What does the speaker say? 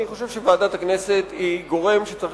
אני חושב שוועדת הכנסת היא גורם שצריך